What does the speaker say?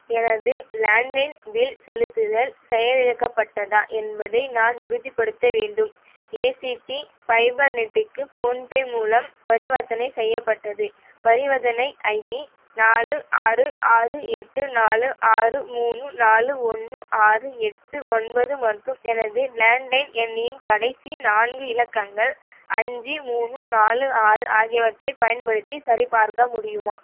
எனது landline bill செலுத்துதல் செயல் இயக்கப்பட்டதா என்பதை நான் உறுதிப்படுத்த வேண்டும் ஏசிடி பைபர் நெட்டுக்கு ஃபோன்பே மூலம் பரிவர்த்தனை செய்யப்பட்டது பரிவர்த்தனை ஐடி நாலு ஆறு ஆறு எட்டு நாலு ஆறு மூணு நாலு ஒன்று ஆறு எட்டு ஒன்பது மற்றும் எனது லேண்ட்லைன் எண்ணின் கடைசி நான்கு இலக்கங்கள் அஞ்சு மூணு நாலு ஆறு ஆகியவற்றைப் பயன்படுத்தி சரிபார்க்க முடியுமா